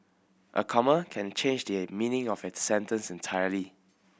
a comma can changed the meaning of a sentence entirely